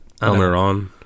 Almeron